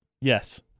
Yes